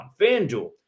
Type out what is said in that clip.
FanDuel